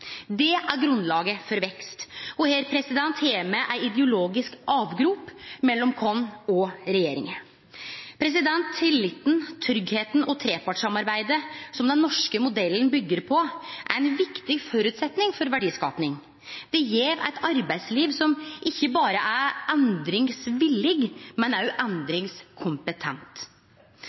Det er grunnlaget for vekst. Her har me ein ideologisk avgrunn mellom oss og regjeringa. Tilliten, tryggleiken og trepartssamarbeidet som den norske modellen byggjer på, er ein viktig føresetnad for verdiskaping. Det gjev eit arbeidsliv som ikkje berre er endringsvillig, men òg endringskompetent.